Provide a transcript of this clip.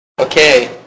Okay